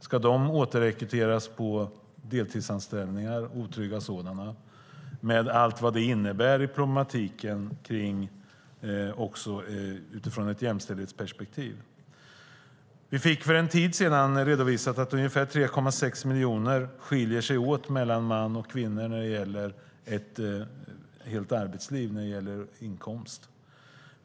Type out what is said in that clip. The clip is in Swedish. Ska dessa återrekryteras på deltidsanställningar, otrygga sådana, med allt vad det innebär för problematik utifrån ett jämställdhetsperspektiv? Vi fick för en tid sedan redovisat att ungefär 3,6 miljoner skiljer det sig mellan mäns och kvinnors inkomst under ett helt arbetsliv.